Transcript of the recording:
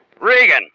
Regan